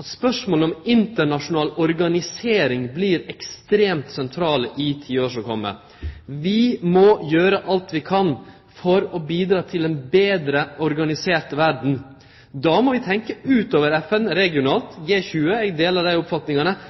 at spørsmålet om internasjonal organisering vert ekstremt sentralt i tiåret som kjem. Vi må gjere alt vi kan for å bidra til ei betre organisert verd. Då må vi tenkje utover FN regionalt – utover G20, eg deler dei oppfatningane